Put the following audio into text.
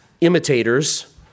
imitators